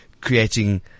creating